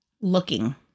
looking